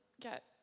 get